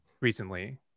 recently